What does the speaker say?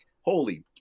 holy